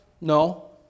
No